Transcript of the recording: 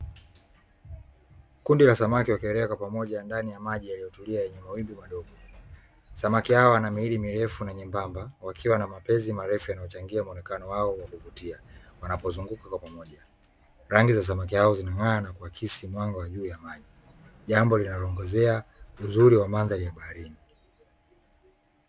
Kundi la samaki wakielea kwa pamoja ndani ya maji yaliyotulia na mawimbi kidogo, samaki hao wana miili mirefu na nyembamba, wakiwa na mapezi marefu yanayochangia muonekano wao wa kuvutia wanapozunguka kwa pamoja. Rangi za samaki hao zinang'aa na kuakisi mwanga wa juu ya maji, jambo linaloongezea uzuri wa mandhari ya baharini.